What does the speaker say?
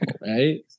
right